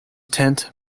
tent